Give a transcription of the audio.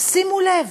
תשימו לב,